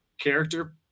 character